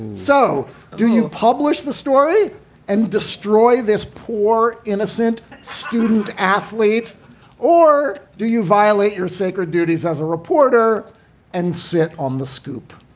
so do you publish the story and destroy this poor, innocent student athlete or do you violate your sacred duties as a reporter and sit on the scoop?